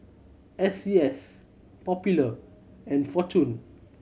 S C S Popular and Fortune